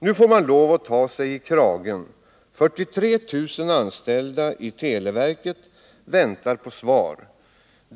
Nu får man lov att ta sig i kragen. 43 000 anställda i televerket väntar på svar.